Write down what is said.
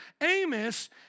Amos